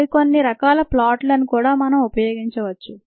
మరి కొన్ని రకాల ప్లాట్లను కూడా మనం ఉపయోగించవచ్చు